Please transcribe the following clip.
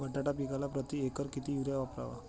बटाटा पिकाला प्रती एकर किती युरिया वापरावा?